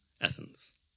essence